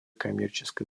коммерческой